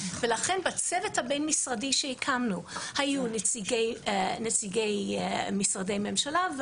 ולכן בצוות הבין-משרדי שהקמנו היו נציגי משרדי ממשלה,